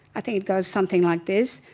i think it goes something like this,